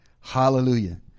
Hallelujah